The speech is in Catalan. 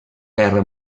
guerra